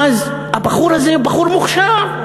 אז: הבחור הזה הוא בחור מוכשר,